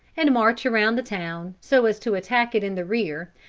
and march around the town so as to attack it in the rear,